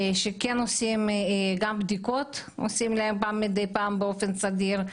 שכן עושים בדיקות מדי פעם באופן סדיר,